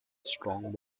strong